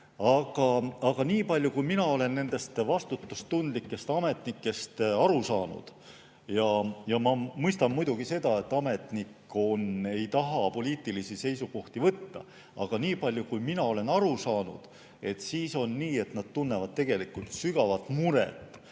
nii palju, kui mina olen nendest vastutustundlikest ametnikest aru saanud – ma mõistan muidugi seda, et ametnik ei taha poliitilisi seisukohti võtta –, aga nii palju, kui mina olen aru saanud, on nii, et nad tunnevad sügavat muret